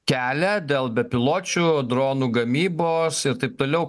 kelia dėl bepiločių dronų gamybos ir taip toliau